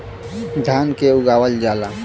धान के उगावल जाला